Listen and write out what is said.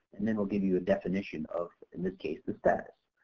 and then we'll give you a definition of in this case the status.